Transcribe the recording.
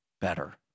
better